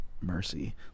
mercy